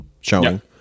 showing